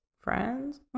friends